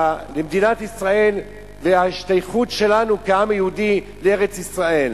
למדינת ישראל ולהשתייכות שלנו כעם היהודי לארץ-ישראל,